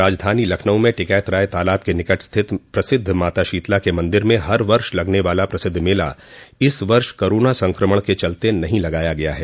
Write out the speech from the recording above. राजधानी लखनऊ में टिकैत राय तालाब के निकट स्थित प्रसिद्ध माता शीतला के मन्दिर में हर वर्ष लगने वाला प्रसिद्ध मेला इस वर्ष कोरोना संकमण के चलते नहीं लगाया गया है